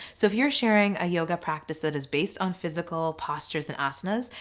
so if you're sharing a yoga practice that is based on physical postures and asanas,